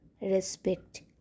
respect